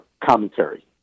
commentary